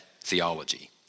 theology